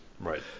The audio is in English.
Right